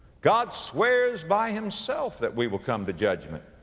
god swears by himself that we will come to judgment.